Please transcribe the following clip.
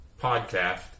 podcast